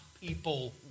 people